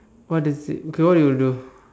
what is it okay what you will do